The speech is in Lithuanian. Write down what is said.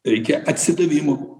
reikia atsidavimo